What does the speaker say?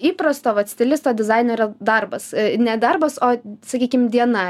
įprasto vat stilisto dizainerio darbas ne darbas o sakykim diena